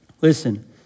listen